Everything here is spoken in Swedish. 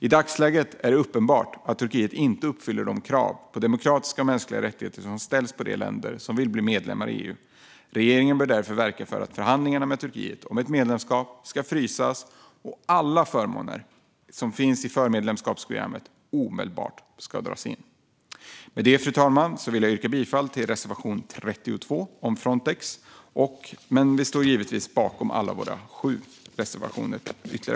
I dagsläget är det uppenbart att Turkiet inte uppfyller de krav på demokratiska och mänskliga rättigheter som ställs på de länder som vill bli medlemmar i EU. Regeringen bör därför verka för att förhandlingarna med Turkiet om ett medlemskap ska frysas och att alla förmåner i förmedlemskapsprogrammet omedelbart ska dras in. Med detta, fru talman, vill jag yrka bifall till reservation 32 om Frontex, men vi står givetvis bakom även våra övriga sju reservationer.